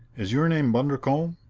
is your name bundercombe?